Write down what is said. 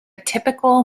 typical